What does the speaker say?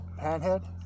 Panhead